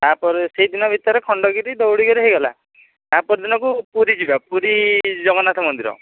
ତା'ପରେ ସେଇଦିନ ଭିତରେ ଖଣ୍ଡଗିରି ଧଉଳିଗିରି ହୋଇଗଲା ତା'ପର ଦିନକୁ ପୁରୀ ଯିବା ପୁରୀ ଜଗନ୍ନାଥ ମନ୍ଦିର